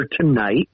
tonight